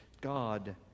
God